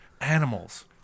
animals